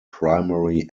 primary